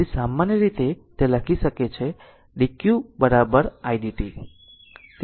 તેથી સામાન્ય રીતે તે લખી શકે છે dq i dt